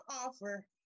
offer